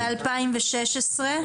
ב-2016?